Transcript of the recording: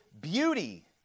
beauty